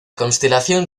constelación